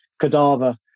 cadaver